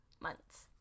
months